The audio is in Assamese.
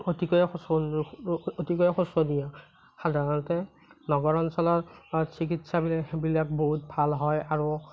অতিকৈয়ে শোচনীয় অতিকৈয়ে শোচনীয় সাধাৰণতে নগৰ অঞ্চলত চিকিৎসাবিলা বিলাক বহুত ভাল হয় আৰু